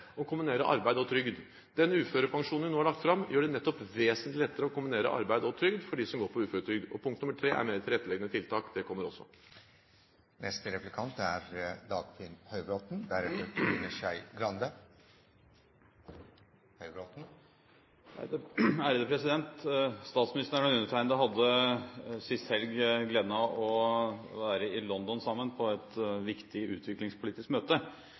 arbeid og trygd. Den uførepensjonen vi nå har lagt fram, gjør det vesentlig lettere å kombinere arbeid og trygd for dem som går på uføretrygd. Punkt nr. 3 er mer tilretteleggende tiltak. Det kommer også. Statsministeren og undertegnede hadde sist helg gleden av å være i London sammen på et viktig utviklingspolitisk møte,